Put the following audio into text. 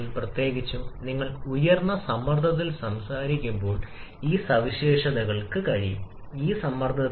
അതേസമയം സമ്പന്നമായ മിശ്രിതത്തെക്കുറിച്ച് സംസാരിക്കുമ്പോൾ തുല്യതാ അനുപാതം ഇതിൽ 1 നേക്കാൾ കൂടുതലാണ് കേസ് പക്ഷേ മിശ്രിതം സമൃദ്ധമാണ്